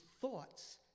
thoughts